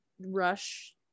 rush